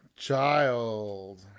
Child